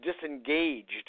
disengaged